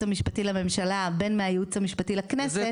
מהייעוץ המשפטי לממשלה, בין מהייעוץ המשפטי לכנסת.